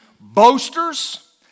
boasters